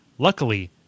Luckily